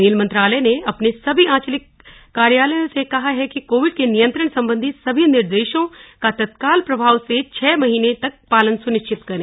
rail मंत्रालय ने अपने सभी आंचलिक कार्यालयों से कहा है कि कोविड के नियंत्रण संबंधी सभी निर्देशों का तत्काल प्रभाव से छह महीने तक पालन सुनिश्चित करें